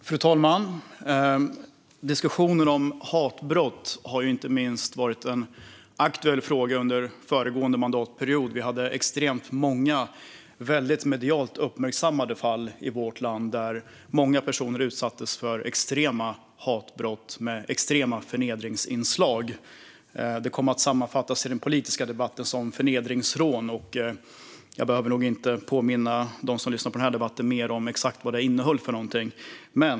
Fru talman! Diskussionen om hatbrott har inte minst varit aktuell under föregående mandatperiod. Vi hade extremt många medialt uppmärksammade fall i vårt land, där många personer utsattes för hatbrott med extrema förnedringsinslag. Det kom i den politiska debatten att sammanfattas som förnedringsrån. Jag behöver nog inte påminna dem som lyssnar på den här debatten mer exakt om vad det innefattade.